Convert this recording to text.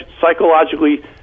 psychologically